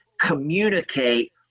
communicate